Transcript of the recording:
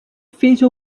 非洲